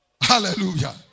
Hallelujah